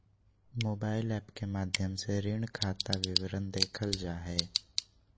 mobile app के माध्यम से ऋण खाता विवरण देखल जा हय